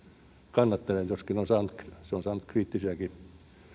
kannattaneet joskin se on saanut kriittisiäkin